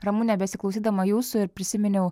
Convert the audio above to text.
ramune besiklausydama jūsų ir prisiminiau